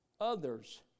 others